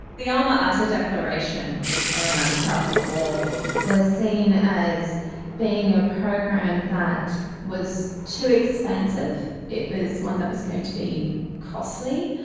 the alma-ata declaration around health for all was seen as being a program that was too expansive. it was one that was going to be costly,